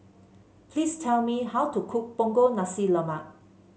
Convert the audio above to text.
please tell me how to cook Punggol Nasi Lemak